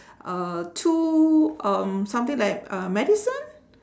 uhh two um something like a medicine